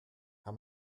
how